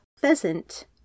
Pheasant